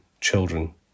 children